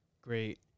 great